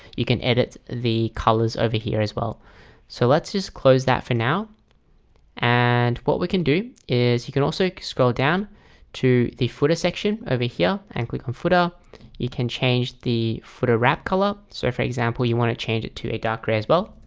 you can edit the colors over here as well so let's just close that for now and what we can do is you can also scroll down to the footer section over here and click on footer you can change the footer wrap color so for example you want to change it to a darker as well,